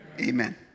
amen